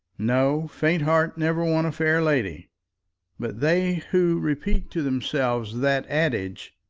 no faint heart never won a fair lady but they who repeat to themselves that adage,